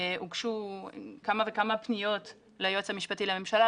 הוגשו כמה וכמה פניות ליועץ המשפטי לממשלה,